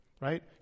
right